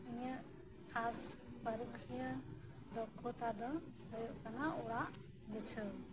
ᱤᱧᱟᱜ ᱟᱥ ᱯᱟᱨᱩᱠᱷᱤᱭᱟᱹ ᱫᱚᱠᱠᱷᱚᱛᱟ ᱫᱚ ᱦᱳᱭᱳᱜ ᱠᱟᱱᱟ ᱚᱲᱟᱜ ᱢᱩᱪᱷᱟᱹᱣ